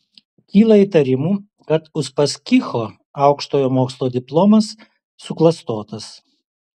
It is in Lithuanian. kyla įtarimų kad uspaskicho aukštojo mokslo diplomas suklastotas